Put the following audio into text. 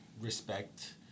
respect